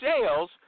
sales –